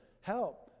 help